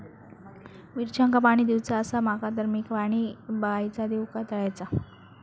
मिरचांका पाणी दिवचा आसा माका तर मी पाणी बायचा दिव काय तळ्याचा?